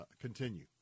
continue